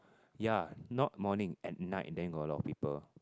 ya not morning at night then got a lot of people